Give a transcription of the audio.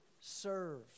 Serve